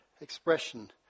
expression